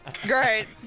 Great